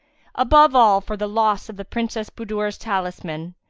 above all for the loss of the princess budur's talisman,